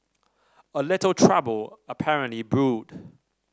a little trouble apparently brewed